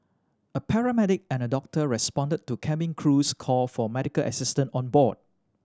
a paramedic and a doctor responded to cabin crew's call for medical assistance on board